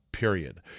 Period